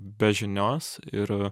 be žinios ir